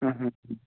हाँ हाँ